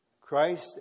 Christ